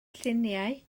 lluniau